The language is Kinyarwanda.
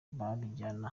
babijyana